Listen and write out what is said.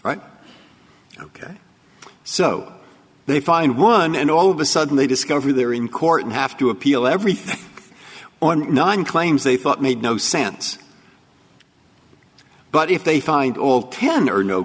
right ok so they find one and all of a sudden they discover they're in court and have to appeal everything or nine claims they thought made no sense but if they find all ten are no